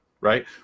right